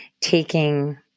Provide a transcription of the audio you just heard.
taking